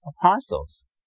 apostles